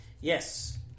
Yes